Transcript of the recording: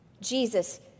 Jesus